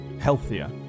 healthier